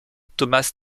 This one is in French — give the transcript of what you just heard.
thomas